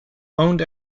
owned